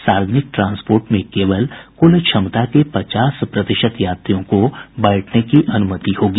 सार्वजनिक ट्रांसपोर्ट में केवल कुल क्षमता के पचास प्रतिशत यात्रियों को बैठने की अनुमति होगी